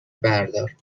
بردار